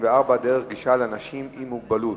94) (דרך גישה לאנשים עם מוגבלות),